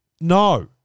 No